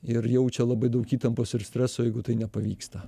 ir jaučia labai daug įtampos ir streso jeigu tai nepavyksta